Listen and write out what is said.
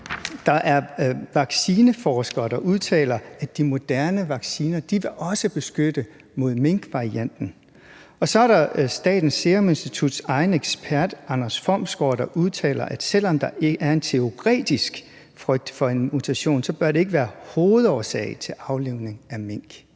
Der er vaccineforskere, der udtaler, at de moderne vacciner også vil beskytte mod minkvarianten. Og så er der Statens Serum Instituts egen ekspert, Anders Fomsgaard, der udtaler, at selv om der er en teoretisk frygt for en mutation, bør det ikke være hovedårsag til aflivning af mink.